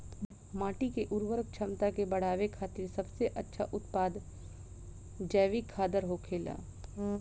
माटी के उर्वरक क्षमता के बड़ावे खातिर सबसे अच्छा उत्पाद जैविक खादर होखेला